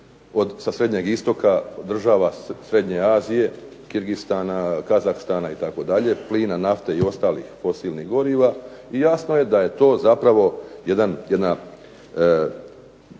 sa srednjeg istoka država srednje Azije, Kirgistana, Kazahstana itd., plina nafte i ostalih fosilnih goriva i jasno je da je to jedna